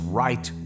right